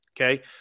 okay